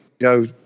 go